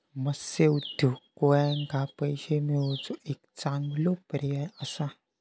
मत्स्य उद्योग कोळ्यांका पैशे मिळवुचो एक चांगलो पर्याय असा